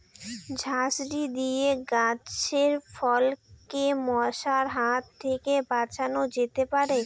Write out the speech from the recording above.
ঝাঁঝরি দিয়ে গাছের ফলকে মশার হাত থেকে বাঁচানো যেতে পারে?